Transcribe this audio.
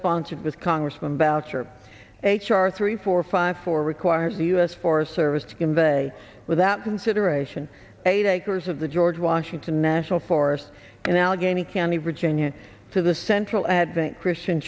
sponsored with congressman boucher h r three four five four requires the u s forest service to convey without consideration eight acres of the george washington national forest in allegheny county virginia to the central advent christian